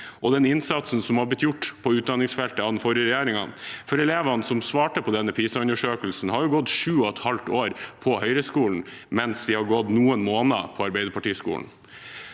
og den innsatsen som har blitt gjort på utdanningsfeltet av den forrige regjeringen, for elevene som svarte på denne PISA-undersøkelsen, har gått på Høyre-skolen i 7,5 år, mens de har gått noen måneder på Arbeiderparti-skolen.